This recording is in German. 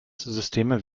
systeme